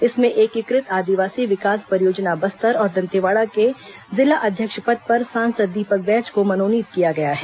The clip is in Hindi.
इसमें एकीकृत आदिवासी विकास परियोजना बस्तर और दंतेवाड़ा के जिला अध्यक्ष पद पर सांसद दीपक बैज का मनोनीत किया गया है